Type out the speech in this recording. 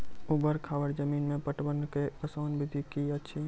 ऊवर खाबड़ जमीन मे पटवनक आसान विधि की ऐछि?